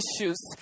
issues